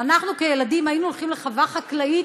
שאנחנו כילדים היינו הולכים לחווה חקלאית